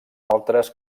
altres